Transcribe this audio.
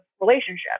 relationship